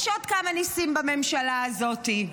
יש עוד כמה ניסים בממשלה הזאת.